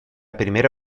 primera